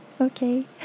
okay